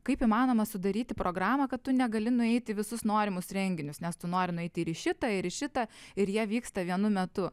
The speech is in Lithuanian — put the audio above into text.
kaip įmanoma sudaryti programą kad tu negali nueiti į visus norimus renginius nes tu nori nueiti ir į šitą ir į šitą ir jie vyksta vienu metu